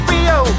Rio